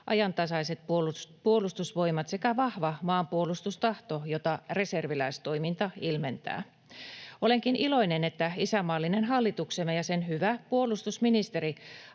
ajantasaiset puolustusvoimat sekä vahva maanpuolustustahto, jota reserviläistoiminta ilmentää. Olenkin iloinen, että isänmaallinen hallituksemme ja sen hyvä puolustusministeri